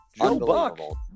unbelievable